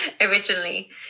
originally